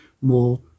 more